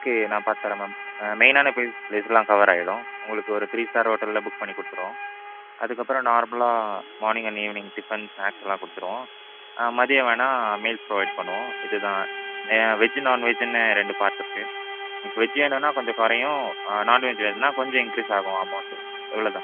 okay நான் பார்த்து தரேன் மேம் மெயினான ப்ளஸ் ப்ளேஸ்லாம் கவர் ஆகிடும் உங்களுக்கு ஒரு த்ரீ ஸ்டார் ஹோட்டல்ல புக் பண்ணி கொடுத்துருவோம் அதுக்கப்புறம் நார்மலாக morning and evening tiffin snacks எல்லாம் கொடுத்துருவோம் மதியம் வேணா மீல்ஸ் ப்ரொவைட் பண்ணுவோம் இதுதான் வெஜ்ஜு நாண்வெஜ்ஜுன்னு ரெண்டு பார்ட் இருக்குது வெஜ் வேணும்னா கொஞ்சம் குறையும் நாண்வெஜ் வேணும்னா கொஞ்சம் இன்க்ரீஸ் ஆகும் அமௌண்ட்டு இவ்வளோ தான்